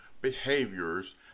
behaviors